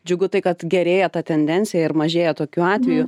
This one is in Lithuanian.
džiugu tai kad gerėja ta tendencija ir mažėja tokių atvejų